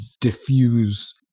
diffuse